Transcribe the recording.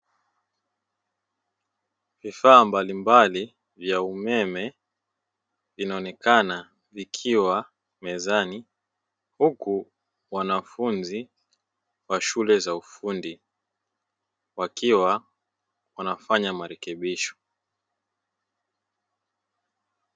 Vifaa mbalimbali vya umeme vinaonekana vikiwa mezani, huku wanafunzi wa shule za ufundi wakiwa wanafanya marekebisho.